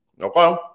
Okay